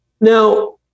Now